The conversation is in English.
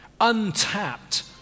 untapped